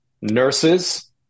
nurses